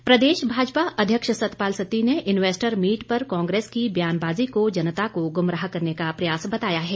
सत्ती प्रदेश भाजपा अध्यक्ष सतपाल सत्ती ने इन्वैस्टर मीट पर कांग्रेस की बयानबाजी को जनता को गुमराह करने का प्रयास बताया है